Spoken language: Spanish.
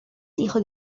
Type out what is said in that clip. hijo